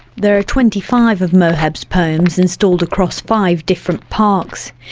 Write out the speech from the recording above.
there are twenty five of moheb's poems installed across five different parks.